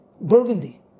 burgundy